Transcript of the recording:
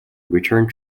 returned